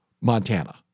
Montana